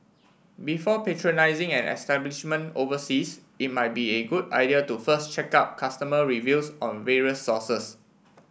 before patronising an establishment overseas it might be a good idea to first check out customer reviews on various sources